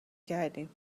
کردیم